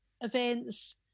events